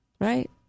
right